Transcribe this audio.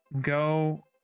go